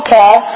Paul